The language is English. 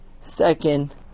second